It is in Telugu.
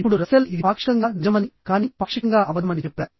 ఇప్పుడు రస్సెల్ ఇది పాక్షికంగా నిజమని కానీ పాక్షికంగా అబద్ధమని చెప్పారు